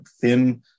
thin